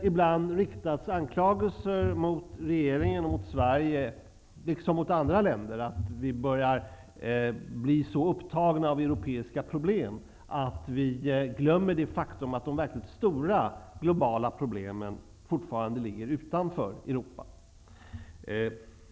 Ibland har ju anklagelser riktats mot regeringen och mot Sverige -- liksom mot andra länder -- om att vi börjar bli så upptagna av europeiska problem att vi glömmer det faktum att de verkligt stora globala problemen fortfarande ligger utanför Europa.